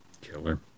killer